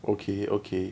okay okay